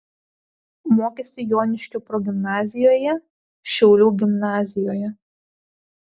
mokėsi joniškio progimnazijoje šiaulių gimnazijoje